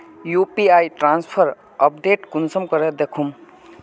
UPI transfer update कुंसम करे दखुम?